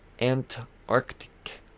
Antarctic